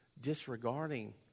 disregarding